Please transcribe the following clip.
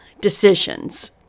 decisions